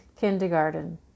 kindergarten